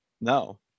No